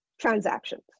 transactions